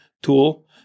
tool